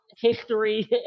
history